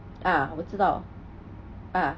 uh 我知道 uh